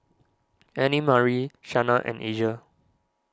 Annemarie Shana and Asia